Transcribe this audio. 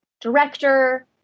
director